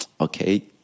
Okay